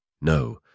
no